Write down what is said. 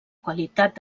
qualitat